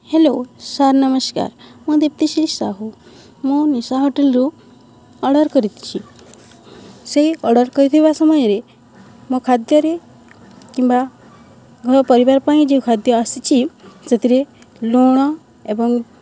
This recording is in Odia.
ହ୍ୟାଲୋ ସାର୍ ନମସ୍କାର ମୁଁ ଦୀପ୍ତିଶ୍ରୀ ସାହୁ ମୁଁ ନିଶା ହୋଟେଲ୍ରୁ ଅର୍ଡ଼ର୍ କରିଛି ସେହି ଅର୍ଡ଼ର୍ କରିଥିବା ସମୟରେ ମୋ ଖାଦ୍ୟରେ କିମ୍ବା ଘର ପରିବାର ପାଇଁ ଯେଉଁ ଖାଦ୍ୟ ଆସିଛି ସେଥିରେ ଲୁଣ ଏବଂ